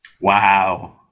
Wow